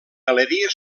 galeria